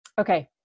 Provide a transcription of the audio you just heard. Okay